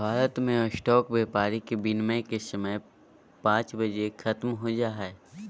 भारत मे स्टॉक व्यापार के विनियम के समय पांच बजे ख़त्म हो जा हय